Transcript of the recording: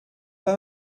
pas